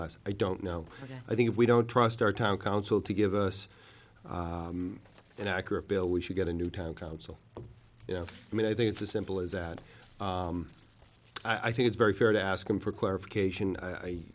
less i don't know i think if we don't trust our town council to give us an accurate bill we should get a new town council i mean i think it's as simple as that i think it's very fair to ask them for clarification i